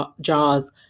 jaws